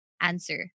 answer